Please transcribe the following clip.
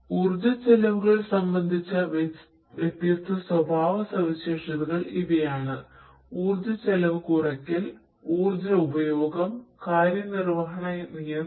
ഊർജ്ജ ചെലവുകൾ സംബന്ധിച്ച വ്യത്യസ്ത സ്വഭാവസവിശേഷതകൾ ഇവയാണ് ഊർജ്ജ ചെലവ് കുറയ്ക്കൽ ഊർജ്ജ ഉപയോഗം കാര്യനിർവ്വഹണ നിയന്ത്രണം